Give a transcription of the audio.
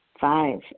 five